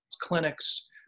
clinics